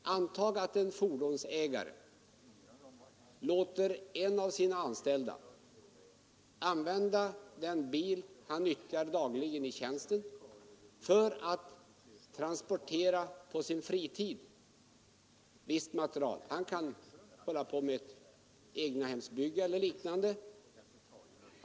Antag att en fordonsägare låter en av sina anställda på sin fritid använda den bil han nyttjar dagligen i tjänsten för att för egen räkning transportera visst material. Han kan vara egnahemsbyggare eller liknande.